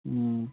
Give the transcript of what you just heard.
ꯎꯝ